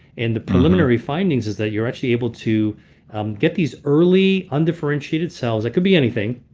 and the preliminary findings is that you're actually able to get these early undifferentiated cells, that could be anything,